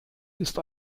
ist